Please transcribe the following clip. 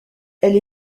elle